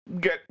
Get